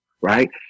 right